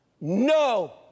No